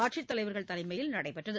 ஆட்சித் தலைவர்கள் தலைமையில் நடைபெற்றது